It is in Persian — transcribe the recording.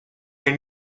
این